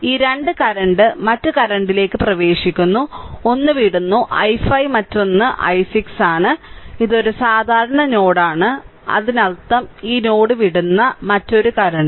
ഈ 2 കറന്റ് മറ്റ് കറന്റിലേക്ക് പ്രവേശിക്കുന്നു ഒന്ന് വിടുന്നു i5 മറ്റൊന്ന് i6 ആണ് ഇത് ഒരു സാധാരണ നോഡാണ് അതിനർത്ഥം ഈ നോഡ് വിടുന്നു മറ്റൊരു കറന്റും